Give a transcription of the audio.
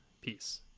Peace